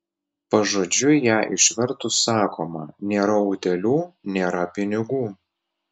pažodžiui ją išvertus sakoma nėra utėlių nėra pinigų